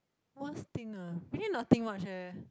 worst thing ah really nothing much leh